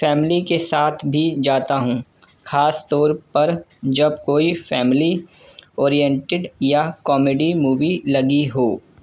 family کے ساتھ بھی جاتا ہوں خاص طور پر جب کوئی فیملی اوریئنٹیڈ یا کامیڈی مووی لگی ہو